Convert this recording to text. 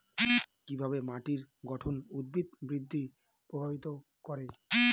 কিভাবে মাটির গঠন উদ্ভিদ বৃদ্ধি প্রভাবিত করে?